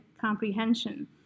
comprehension